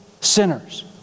sinners